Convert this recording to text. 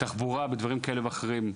בתחבורה ובדברים כאלה ואחרים,